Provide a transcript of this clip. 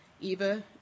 Eva